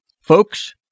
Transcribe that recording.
Folks